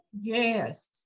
Yes